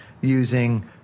using